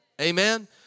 Amen